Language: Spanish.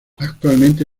actualmente